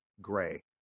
Gray